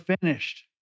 finished